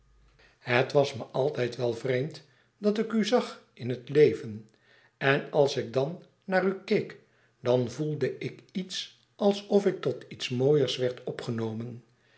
het was me altijd wel vreemd dat ik u zag in het leven en als ik dan naar u keek dan voelde ik iets alsof ik tot iets mooiers werd opgenomen